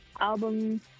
album